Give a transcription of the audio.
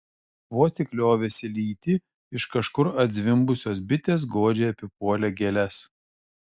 vos tik liovėsi lytį iš kažkur atzvimbusios bitės godžiai apipuolė gėles